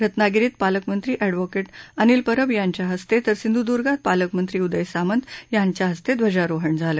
रत्नागिरीत पालकमंत्री अँडव्होकेट अनिल परब यांच्या हस्ते तर सिंधुदुर्गात पालकमंत्री उदय सामंत यांच्या हस्ते ध्वजारोहण झालं